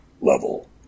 level